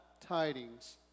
tidings